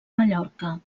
mallorca